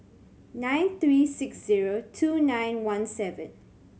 nine three six zero two nine one seven